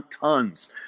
tons